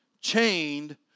chained